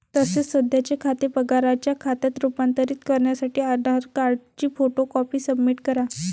तसेच सध्याचे खाते पगाराच्या खात्यात रूपांतरित करण्यासाठी आधार कार्डची फोटो कॉपी सबमिट करा